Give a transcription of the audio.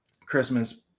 Christmas